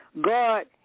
God